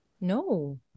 no